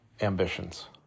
ambitions